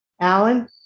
Alan